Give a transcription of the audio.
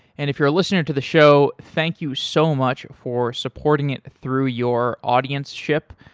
and if you're a listener to the show, thank you so much for supporting it through your audienceship.